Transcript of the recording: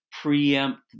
preempt